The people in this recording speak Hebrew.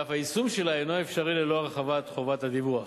ואף היישום שלה אינו אפשרי ללא הרחבת חובת הדיווח.